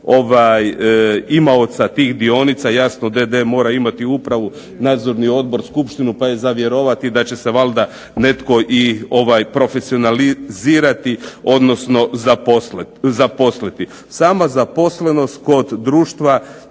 imaoca tih dionica. Jasno d.d. mora imati upravu, nadzorni odbor, skupštinu pa je za vjerovati da će se valjda netko i profesionalizirati, odnosno zaposliti. Sama zaposlenost kod društva